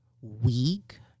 weak